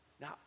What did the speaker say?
Now